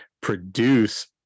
produce